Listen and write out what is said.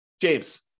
James